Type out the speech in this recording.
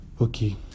okay